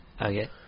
Okay